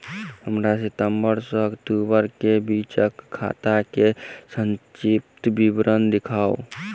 हमरा सितम्बर सँ अक्टूबर केँ बीचक खाता केँ संक्षिप्त विवरण देखाऊ?